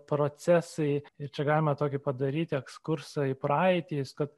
procesai ir čia galima tokį padaryti ekskursą į praeitį kad